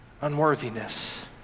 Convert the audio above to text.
unworthiness